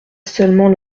seulement